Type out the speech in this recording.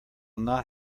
not